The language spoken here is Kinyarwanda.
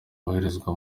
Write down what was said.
yoherezwa